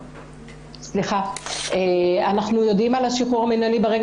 אנחנו יודעים על השחרור המינהלי ברגע